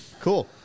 Cool